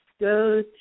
go